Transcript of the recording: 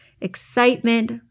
excitement